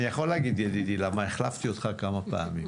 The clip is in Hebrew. אני יכול להגיד ידידי, כי החלפתי אותך כמה פעמים.